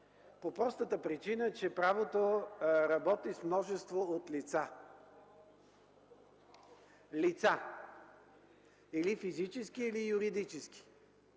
по простата причина, че правото работи с множество от лица – или физически, или юридически,